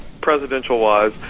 presidential-wise